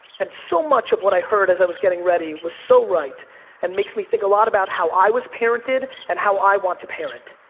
and so much of what i heard as i was getting ready was so right and makes me think a lot about how i was parented, and how i want to parent.